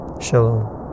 Shalom